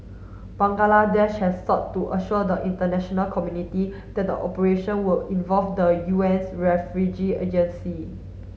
Bangladesh has sought to assure the international community that the operation would involve the U N's refugee agency